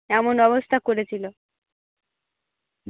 এমন অবস্থা করেছিল